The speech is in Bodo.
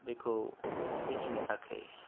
बेखौ मिथिनो थाखाय